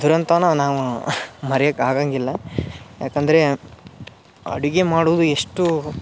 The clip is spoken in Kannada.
ದುರಂತನೊ ನಾವು ಮರಿಯೋಕೆ ಆಗಂಗಿಲ್ಲ ಯಾಕೆಂದರೆ ಅಡಿಗೆ ಮಾಡದು ಎಷ್ಟು